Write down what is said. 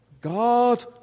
God